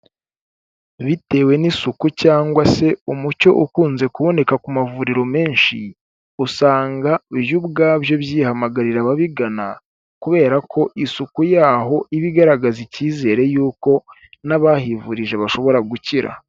Bitewe n'isuku cyangwa se umucyo ukunze kuboneka ku mavuriro menshi, usanga byo ubwabyo byihamagarira ababigana kubera ko isuku yaho iba igaragaza icyizere y'uko n'abahivurije bashobora gukira.